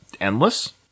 endless